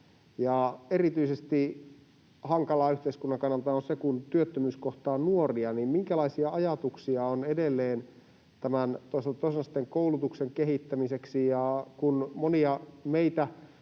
Erityisen hankalaa yhteiskunnan kannalta on se, kun työttömyys kohtaa nuoria. Minkälaisia ajatuksia on edelleen toisaalta tämän toisen asteen koulutuksen kehittämiseksi?